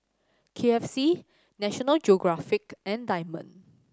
K F C National Geographic and Diamond